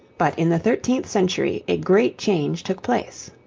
but in the thirteenth century a great change took place.